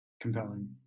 compelling